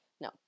No